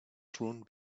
thrown